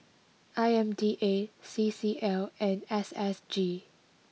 I M D A C C L and S S G